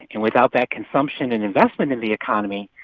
and without that consumption and investment in the economy,